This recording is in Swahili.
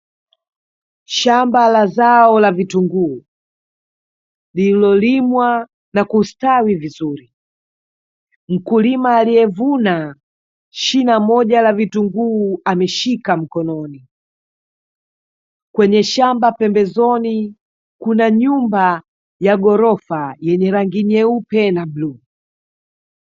Shamba la zao la vitunguu lililolimwa na kustawi vizuri, mkulima aliyevuna shina moja la vitunguu ameshika mkononi, kwenye shamba pembezoni kuna nyumba ya gorofa yenye rangi nyeupe na bluu.